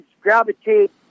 gravitate